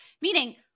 meaning